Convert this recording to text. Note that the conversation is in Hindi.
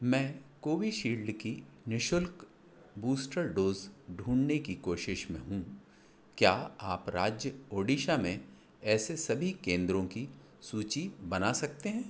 मैं कोविशील्ड की निःशुल्क बूस्टर डोज़ ढूँढने की कोशिश में हूँ क्या आप राज्य ओडिशा में ऐसे सभी केंद्रों की सूची बना सकते हैं